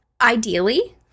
Ideally